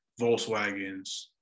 Volkswagens